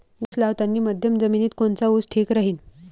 उस लावतानी मध्यम जमिनीत कोनचा ऊस ठीक राहीन?